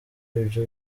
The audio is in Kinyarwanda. ibyo